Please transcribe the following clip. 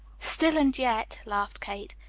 still and yet, laughed kate.